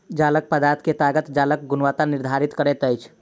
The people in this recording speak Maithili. जालक पदार्थ के ताकत जालक गुणवत्ता निर्धारित करैत अछि